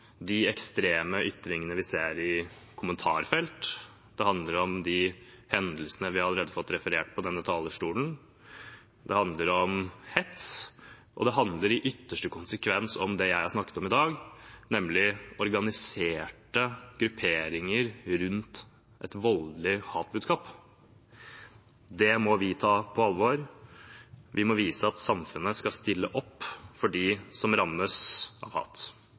de ekstreme ytringene vi ser i kommentarfelt. Det handler om de hendelsene vi allerede har fått referert fra denne talerstolen. Det handler om hets, og det handler i ytterste konsekvens om det jeg har snakket om i dag, nemlig organiserte grupperinger rundt et voldelig hatbudskap. Det må vi ta på alvor. Vi må vise at samfunnet skal stille opp for dem som rammes av hat.